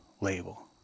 label